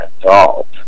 adult